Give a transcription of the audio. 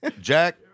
Jack